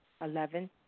Eleven